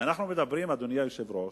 כשאנחנו מדברים, אדוני היושב-ראש,